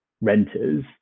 renters